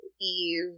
Eve